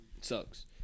sucks